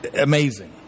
Amazing